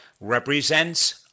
represents